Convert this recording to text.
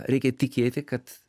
reikia tikėti kad